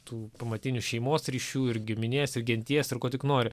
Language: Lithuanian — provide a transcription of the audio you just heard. tų pamatinių šeimos ryšių ir giminės ir genties ir ko tik nori